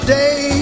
day